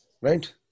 Right